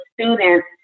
students